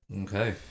Okay